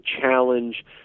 challenge